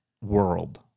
world